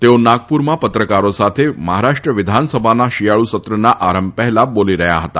તેઓ નાગપુરમાં પત્રકારો સાથે મહારાષ્ટ્ર વિધાનસભાના શિયાળુ સત્રના આરંભ પહેલા બોલી રહ્યા હતા